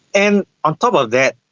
and on top of that,